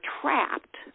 trapped